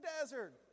desert